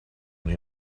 when